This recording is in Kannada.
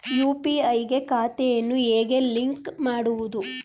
ಯು.ಪಿ.ಐ ಗೆ ಖಾತೆಯನ್ನು ಹೇಗೆ ಲಿಂಕ್ ಮಾಡುವುದು?